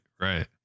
right